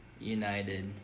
United